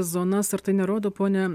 zonas ar tai nerodo pone